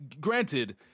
granted